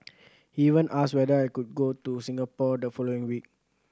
he even asked whether I could go to Singapore the following week